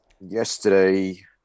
yesterday